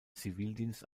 zivildienst